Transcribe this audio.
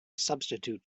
substitute